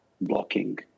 blocking